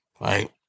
Right